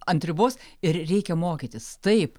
ant ribos ir reikia mokytis taip